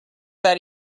that